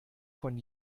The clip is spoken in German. von